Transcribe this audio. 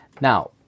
Now